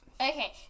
Okay